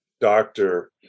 doctor